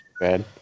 bad